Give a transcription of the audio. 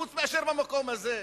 חוץ מאשר במקום הזה.